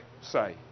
say